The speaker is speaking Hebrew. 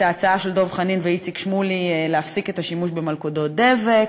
את ההצעה של דב חנין ואיציק שמולי להפסיק את השימוש במלכודות דבק,